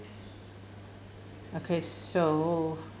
okay so